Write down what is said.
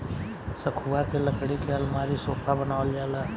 सखुआ के लकड़ी के अलमारी, सोफा बनावल जाला